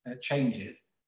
changes